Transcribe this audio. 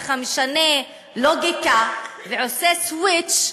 משנה לוגיקה ועושה סוויץ'.